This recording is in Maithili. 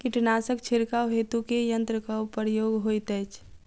कीटनासक छिड़काव हेतु केँ यंत्रक प्रयोग होइत अछि?